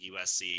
USC